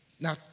Now